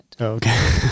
Okay